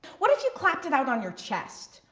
what if you clapped it out on your chest?